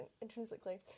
intrinsically